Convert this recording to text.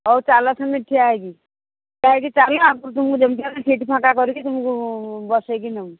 ହଉ ଚାଲ ସେମତି ଠିଆ ହୋଇକି ଠିଆ ହେଇକି ଚାଲ ଆଗକୁ ତୁମକୁ ଯେମିତି ହେଲେ ସିଟ୍ ଫାଙ୍କା କରିକି ତୁମକୁ ବସେଇକି ନେବୁ